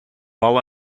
while